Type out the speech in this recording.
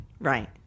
Right